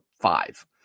five